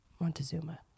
Montezuma